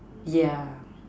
yeah